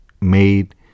made